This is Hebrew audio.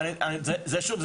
שוב,